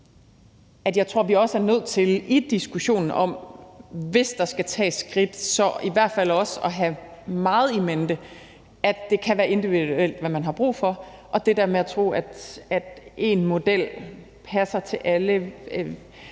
Jeg tror, vi også er nødt til i diskussionen om, om der skal tages skridt, at have meget i mente, at det kan være individuelt, hvad man har brug for, i forhold til det der med at tro, at én model passer til alle.